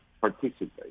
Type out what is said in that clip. participate